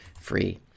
free